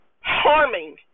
harming